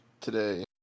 today